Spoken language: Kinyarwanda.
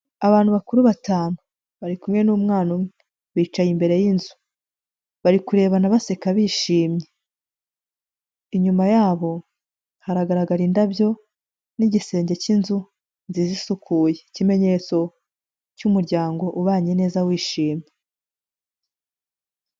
Abantu bakuru batanu, bari kumwe n'umwana umwe, bicaye imbere yinzu, bari kurebana baseka bishimye, inyuma yabo haragaragara indabyo n'igisenge cy'inzu nziza isukuye, ikimenyetso cy'umuryango ubanye neza wishimye.